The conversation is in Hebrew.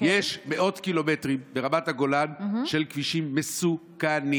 יש מאות קילומטרים ברמת הגולן של כבישים מסוכנים.